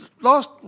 last